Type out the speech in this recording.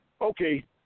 Okay